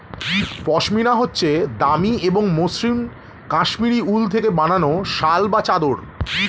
পশমিনা হচ্ছে দামি এবং মসৃন কাশ্মীরি উল থেকে বানানো শাল বা চাদর